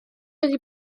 wedi